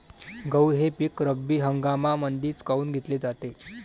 गहू हे पिक रब्बी हंगामामंदीच काऊन घेतले जाते?